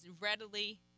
readily